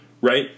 Right